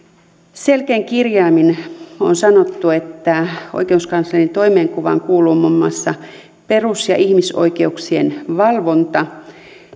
selkein kirjaimin on sanottu että oikeuskanslerin toimenkuvaan kuuluu muun muassa perus ja ihmisoikeuksien valvonta